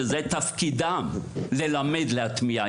שתפקידם הוא ללמד ולהטמיע את זה.